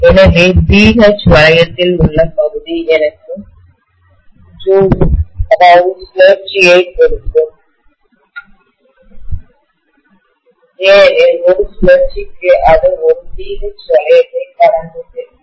எனவே BH லூப்பில்BH வளையத்தில் உள்ள பகுதி எனக்கு ஜூல்ஸ் சுழற்சி ஐ கொடுக்கும் ஏனெனில் ஒரு சுழற்சிக்கு அது ஒரு BH வளையத்தை கடந்து செல்லும்